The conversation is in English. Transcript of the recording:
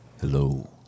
Hello